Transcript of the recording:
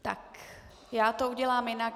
Tak já to udělám jinak.